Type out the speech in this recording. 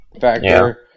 factor